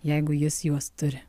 jeigu jis juos turi